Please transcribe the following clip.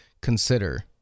consider